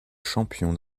champion